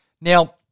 Now